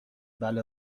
بله